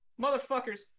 Motherfuckers